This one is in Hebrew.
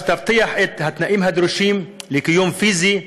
שתבטיח את התנאים הדרושים לקיום פיזי,